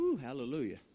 hallelujah